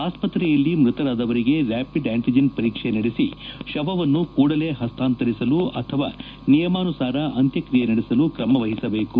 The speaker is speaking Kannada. ಆಸ್ತ್ರತ್ತೆ ಯಲ್ಲಿ ಮೃತರಾದವರಿಗೆ ರಾಪಿಡ್ ಆಂಟಜೆನ್ ಪರೀಕ್ಷೆ ನಡೆಸಿ ಶವವನ್ನು ಕೂಡಲೇ ಪಸ್ತಾಂತರಿಸಲು ಅಥವಾ ನಿಯಮಾನುಸಾರ ಅಂತ್ರಕ್ರಿಯೆ ನಡೆಸಲು ಕ್ರಮ ವಹಿಸಬೇಕು